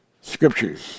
scriptures